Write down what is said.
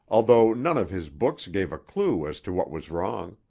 although none of his books gave a clue as to what was wrong.